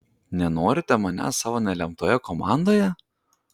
nenorite manęs savo nelemtoje komandoje